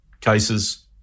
cases